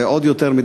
ועוד יותר,